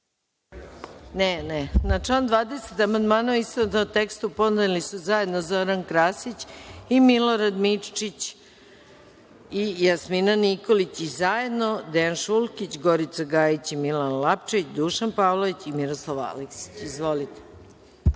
Ne. Na član 20. amandmane, u istovetnom tekstu, podneli su zajedno Zoran Krasić i Milorad Mirčić i Jasmina Nikolić, zajedno Dejan Šulkić, Gorica Gajić i Milan Lapčević, Dušan Pavlović i Miroslav Aleksić. Izvolite.